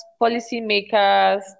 policymakers